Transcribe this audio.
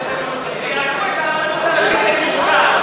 שיעקפו את הרבנות הראשית,